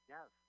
Yes